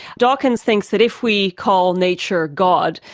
dawkins thinks that if we call nature god,